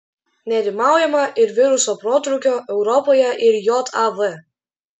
nerimaujama ir viruso protrūkio europoje ir jav